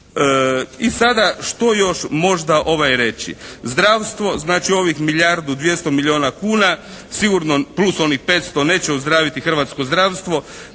I sada što još možda reći? Zdravstvo, znači ovih milijardu 200 milijuna kuna sigurno plus onih 500 neće ozdraviti hrvatsko zdravstvo.